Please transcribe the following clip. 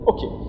Okay